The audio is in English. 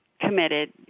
committed